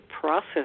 process